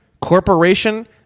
corporation